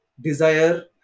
desire